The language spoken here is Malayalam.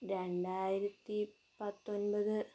രണ്ടായിരത്തി പത്തൊമ്പത്